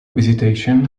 visitation